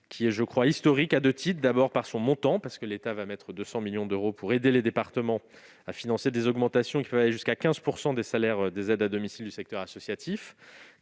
est historique à deux titres. D'une part, par son montant. L'État débloquera 200 millions d'euros pour aider les départements à financer des augmentations qui peuvent aller jusqu'à 15 % des salaires des aides à domicile du secteur associatif,